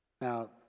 Now